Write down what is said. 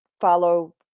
follow